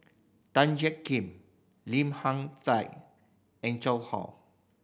Tan Jiak Kim Lim Hak Tai and Zhang Ho